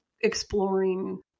exploring